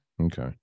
Okay